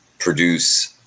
produce